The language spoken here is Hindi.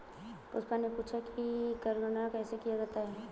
पुष्पा ने पूछा कि कर गणना कैसे किया जाता है?